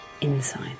Inside